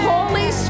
Holy